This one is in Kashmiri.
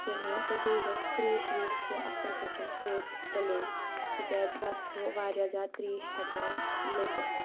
کِہیٖنۍ تہٕ بیٚیہِ گژھِ تریش ویش تہِ اَصٕل پٲٹھۍ سۭتۍ تُلٕنۍ تِکیٛازِ وَتہِ چھُ واریاہ زیادٕ تریش ہٮ۪کان لٔگِتھ